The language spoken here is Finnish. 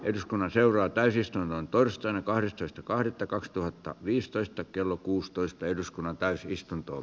eduskunnan seuraa täysistunnon torstaina kahdestoista kahdet takacs tuhatta viisitoista kello kuusitoista eduskunnan täysistuntoon